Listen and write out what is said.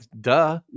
duh